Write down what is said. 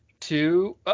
Two